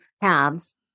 paths